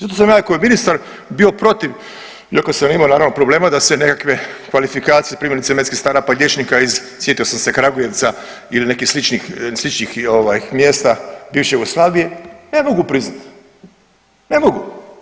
Zato sam ja kao ministar bio protiv, iako sam imao naravno problema da se nekakve kvalifikacije primjerice medicinskih sestara pa liječnika iz, sjetio sam se Kraegujevca ili nekih sličnih mjesta bivše Jugoslavije ne mogu priznati, ne mogu.